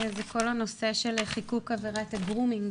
זה כל הנושא של חיקוק עבירת הגרומינג,